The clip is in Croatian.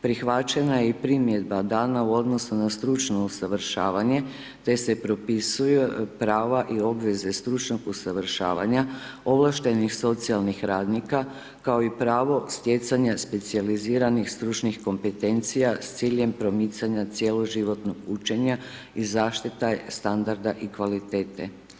Prihvaćena je i primjedba dana u odnosu na stručno usavršavanje te se propisuju prava i obveze stručnog usavršavanja ovlaštenih socijalnih radnika kao i pravo stjecanja specijaliziranih stručnih kompetencija s ciljem promicanja cjeloživotnog učenja i zaštita standarda i kvalitete.